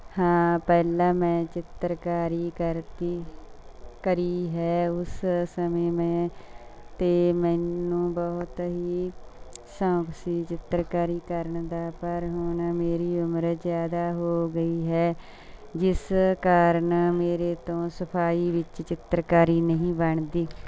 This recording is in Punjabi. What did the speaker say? ਹਾਂ ਪਹਿਲਾਂ ਮੈਂ ਚਿੱਤਰਕਾਰੀ ਕਰਦੀ ਕਰੀ ਹੈ ਉਸ ਸਮੇਂ ਮੈਂ ਤੇ ਮੈਨੂੰ ਬਹੁਤ ਹੀ ਸ਼ੌਕ ਸੀ ਚਿੱਤਰਕਾਰੀ ਕਰਨ ਦਾ ਪਰ ਹੁਣ ਮੇਰੀ ਉਮਰ ਜ਼ਿਆਦਾ ਹੋ ਗਈ ਹੈ ਜਿਸ ਕਾਰਨ ਮੇਰੇ ਤੋਂ ਸਫਾਈ ਵਿੱਚ ਚਿੱਤਰਕਾਰੀ ਨਹੀਂ ਬਣਦੀ